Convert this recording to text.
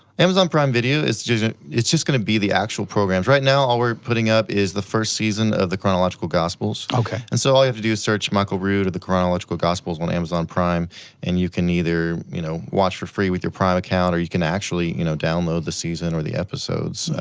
amazon prime video, it's just ah it's just gonna be the actual programs. right now, all we're putting up is the first season of the chronological gospels. and so all you have to do is search michael rood or the chronological gospels on amazon prime and you can either you know watch for free with your prime account, or you can actually you know download the season, or the episodes,